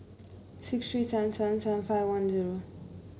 six three seven seven seven five one zero